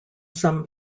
some